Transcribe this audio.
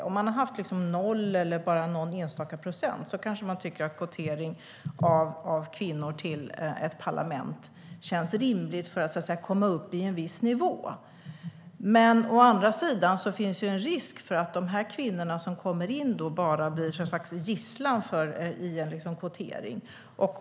Om man har haft noll eller bara någon enstaka procent kvinnor kanske man tycker att kvotering av kvinnor till ett parlament känns rimligt för att man ska komma upp i en viss nivå. Men å andra sidan finns då en risk för att de kvinnor som då kommer in blir gisslan för en kvotering.